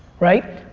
right?